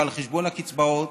ועל חשבון הקצבאות